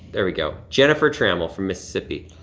there we go. jennifer trammell from mississippi,